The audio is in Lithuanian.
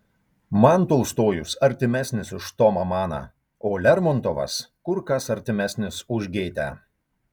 man tolstojus artimesnis už tomą maną o lermontovas kur kas artimesnis už gėtę